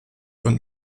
und